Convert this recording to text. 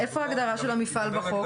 איפה ההגדרה של המפעל בחוק?